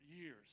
years